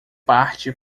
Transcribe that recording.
parte